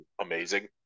amazing